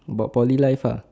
about poly life ah